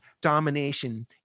domination